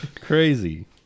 Crazy